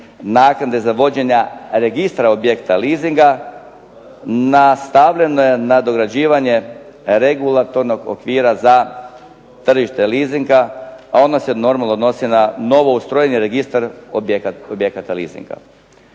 naknade za vođenja Registra objekta leasinga nastavljen nadograđivanje regulatornog okvira za tržište leasinga, a ono se normalno odnosi na novo ustrojeni Registar objekata leasinga.